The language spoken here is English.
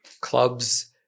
clubs